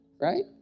right